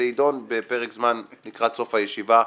זה יידון בפרק זמן לקראת סוף הישיבה.